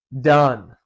done